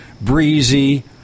breezy